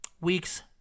weeks